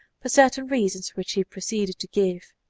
for certain reasons which he proceeded to give.